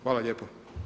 Hvala lijepo.